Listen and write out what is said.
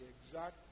exact